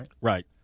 right